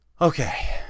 okay